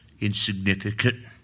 insignificant